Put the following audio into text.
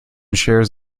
shares